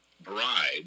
bride